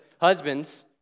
husbands